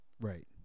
Right